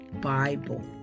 Bible